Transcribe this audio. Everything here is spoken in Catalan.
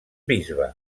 bisbe